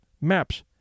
maps